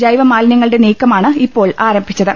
ജൈവ മാലിന്യങ്ങളുടെ നീക്കമാണ് ഇപ്പോൾ ആരംഭിച്ചത്